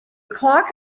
clock